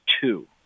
two